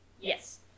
Yes